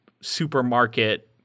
supermarket